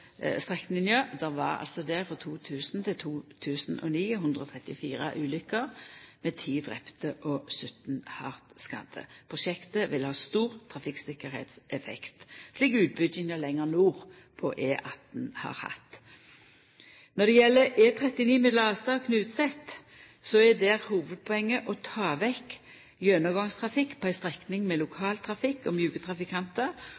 strekninga. Det var der frå 2000 til 2009 134 ulykker, med 10 drepne og 17 hardt skadde. Prosjektet vil ha ein stor trafikktryggleikseffekt, slik utbygginga lenger nord på E18 har hatt. Når det gjeld E39 mellom Astad og Knutset, er hovudpoenget der å ta vekk gjennomgangstrafikken på ei strekning med